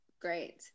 Great